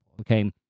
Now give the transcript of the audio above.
Okay